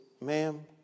ma'am